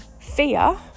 fear